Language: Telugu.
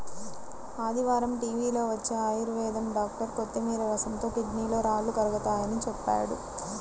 ఆదివారం టీవీలో వచ్చే ఆయుర్వేదం డాక్టర్ కొత్తిమీర రసంతో కిడ్నీలో రాళ్లు కరుగతాయని చెప్పాడు